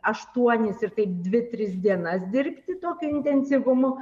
aštuonis ir taip dvi tris dienas dirbti tokiu intensyvumu